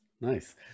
Nice